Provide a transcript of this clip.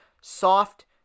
Soft